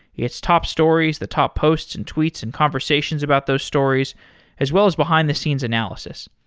it's top stories, the top posts and tweets and conversations about those stories as well as behind-the-scenes analysis.